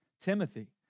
Timothy